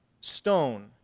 stone